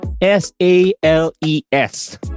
S-A-L-E-S